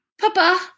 Papa